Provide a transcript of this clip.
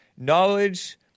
Knowledge